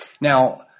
Now